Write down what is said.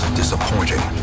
disappointing